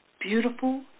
beautiful